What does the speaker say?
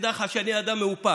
ותדע לך שאני אדם מאופק,